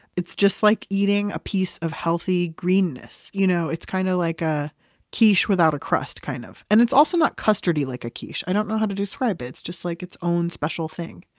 it's just like eating a piece of healthy greenness. you know it's kind of like a quiche without a crust, kind of. and it's also not custardy like a quiche. i don't know how to describe it. it's just like its own special thing.